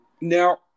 Now